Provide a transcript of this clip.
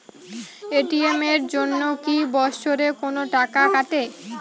ATM এর জন্যে কি বছরে কোনো টাকা কাটে?